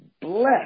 bless